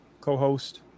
co-host